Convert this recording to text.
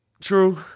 True